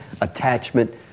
attachment